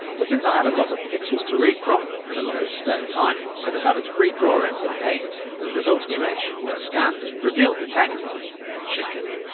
but since i had a lot of pixels to read from and a lot of spare time i decided to redraw it in paint, and the resulting image, when scanned, revealed the text chicken.